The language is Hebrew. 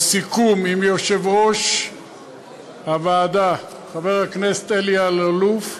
בסיכום עם יושב-ראש הוועדה, חבר הכנסת אלי אלאלוף,